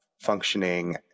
functioning